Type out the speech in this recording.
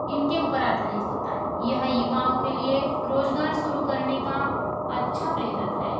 इनके ऊपर आधारित होता है यह युवाओं के लिए रोजगार शुरू करने का अच्छा प्रेरक है